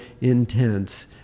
intense